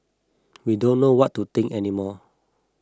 we don't know what to think any more